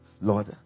Lord